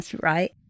right